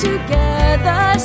Together